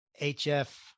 HF